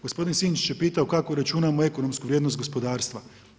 Gospodin Sinčić je pitao kako računamo ekonomsku vrijednost gospodarstva.